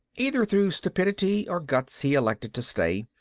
either through stupidity or guts he elected to stay,